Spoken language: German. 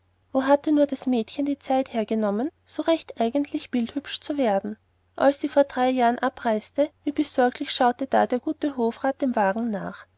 wo hatte nur das mädchen die zeit hergenommen so recht eigentlich bildhübsch zu werden als sie vor drei jahren abreiste wie besorglich schaute da der gute hofrat dem wagen nach